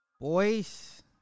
Boys